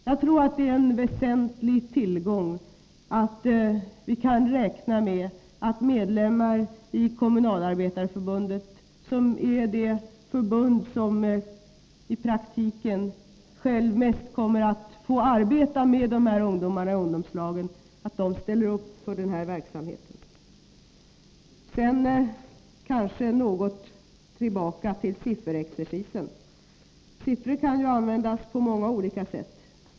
Jag tror att det är en väsentlig tillgång att vi kan räkna med att medlemmar i Kommunalarbetarförbundet, som är det förbund som i praktiken mest kommer att få arbeta med dessa ungdomar i ungdomslagen. ställer upp för denna verksamhet. Därefter något mer om sifferexercisen. Siffror kan ju användas på många olika sätt.